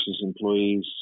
employees